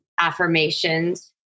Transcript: affirmations